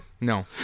No